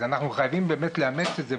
אז אנחנו חייבים לאמץ את זה,